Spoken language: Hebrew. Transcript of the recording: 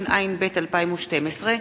התשע"ב 2012,